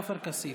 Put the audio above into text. עופר כסיף.